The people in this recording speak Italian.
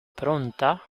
pronta